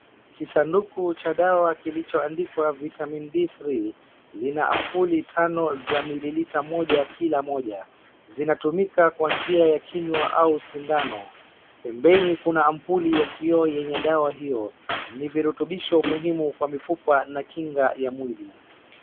Kisanduku cha dawa kilichoandikwa vitamin B3 ina ampuli tano za mililita moja ya kila moja ,zinatumika kwa njia ya kinywa ama sindano pembeni kuna ampuli ya kioo yenye dawa hiyo ni virutubsho muhimu kwa mfupa na kinga ya mwili.